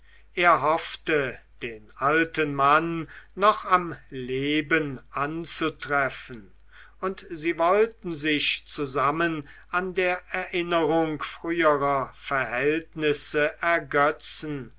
er hoffte den alten mann noch am leben anzutreffen und sie wollten sich zusammen an der erinnerung früherer verhältnisse ergetzen